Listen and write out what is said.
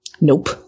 Nope